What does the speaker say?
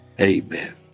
amen